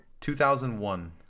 2001